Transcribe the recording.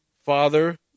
Father